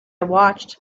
watched